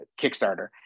kickstarter